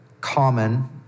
common